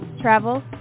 travel